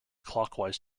clockwise